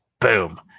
boom